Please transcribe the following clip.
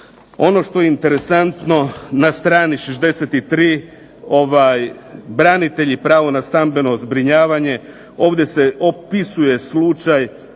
Ono što je interesantno na strani 63. - Branitelji - pravo na stambeno zbrinjavanje. Ovdje se opisuje slučaj